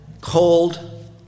cold